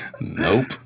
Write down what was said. Nope